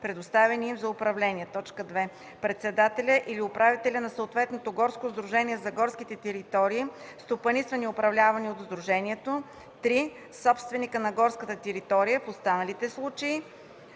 предоставени им за управление; 2. председателят или управителят на съответното горско сдружение – за горските територии, стопанисвани и управлявани от сдружението; 3. собственика на горската територия – в останалите случаи.”